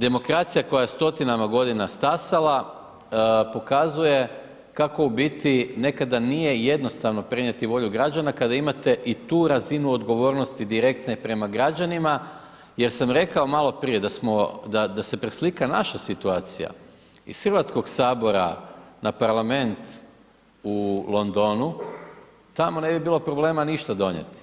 Demokracija koja je stotinama godina stasala, pokazuje kako u biti nekada nije jednostavno prenijeti volju građana kada imate i tu razinu odgovornosti direktne prema građanima jer sam rekao malo prije da se preslika naša situacija iz Hrvatskog sabora na parlament u Londonu, tamo ne bi bilo problema ništa donijeti,